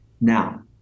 Now